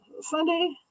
Sunday